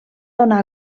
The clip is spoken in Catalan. donar